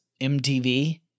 MTV